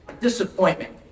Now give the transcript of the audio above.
disappointment